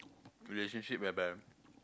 relationship whereby